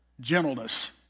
Gentleness